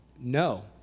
No